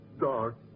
dark